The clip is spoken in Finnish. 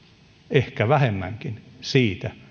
ehkä vähemmänkin siitä